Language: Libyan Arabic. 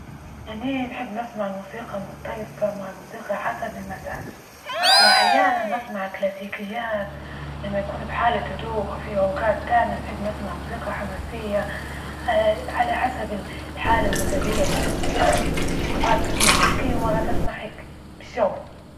أنا نحب نسمع الموسيقى مختلفة مع الموسيقى حسب المزاج، وأحيانا نسمع كلاسيكيات لما يكون بحالة هدوء، وفي أوقات تانية نحب نسمع موسيقى حماسية على حسب ال الحالة المزاجية إللي عندى مرات تسمع هيكي، ومرة تسمع هيكي الجو.